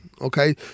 Okay